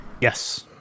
Yes